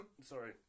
Sorry